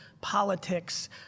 politics